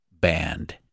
band